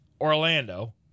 Orlando